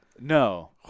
No